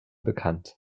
bekannt